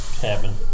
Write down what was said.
Cabin